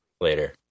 later